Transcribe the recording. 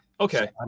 Okay